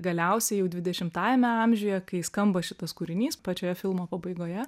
galiausiai jau dvidešimtajame amžiuje kai skamba šitas kūrinys pačioje filmo pabaigoje